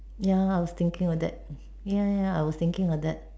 ya I was thinking of that ya ya I was thinking of that